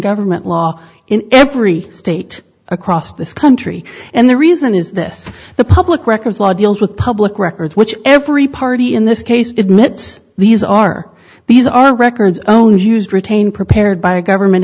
government law in every state across this country and the reason is this the public records law deals with public records which every party in this case admits these are these are records own used retained prepared by a government